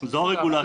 זו הרגולציה.